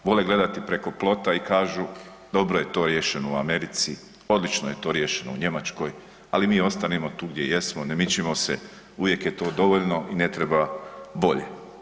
Vole gledati preko plota i kažu dobro je to riješeno u Americi, odlično je to riješeno u Njemačkoj ali mi ostanimo tu gdje jesmo, ne mičimo se, uvijek je to dovoljno i ne treba bolje.